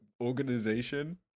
organization